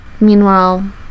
Meanwhile